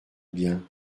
bien